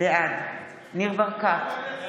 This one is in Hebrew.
בעד ניר ברקת,